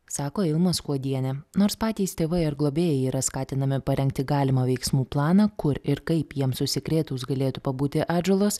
sako ilma skuodienė nors patys tėvai ar globėjai yra skatinami parengti galimą veiksmų planą kur ir kaip jiems užsikrėtus galėtų pabūti atžalos